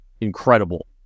incredible